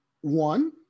One